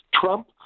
Trump